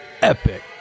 Epic